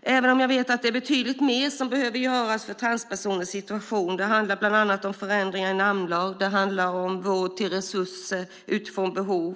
Det behöver göras betydligt mer för transpersoners situation. Det handlar bland annat om förändringar i namnlagen och resurser till vård utifrån behov.